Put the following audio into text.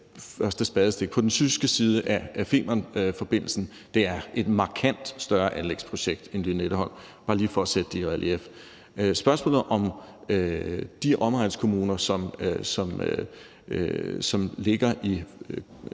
første spadestik på den tyske side til Femernforbindelsen; det er et markant større anlægsprojekt end Lynetteholm, bare lige for at sætte det i relief. I forhold til spørgsmålet om de omegnskommuner, som ligger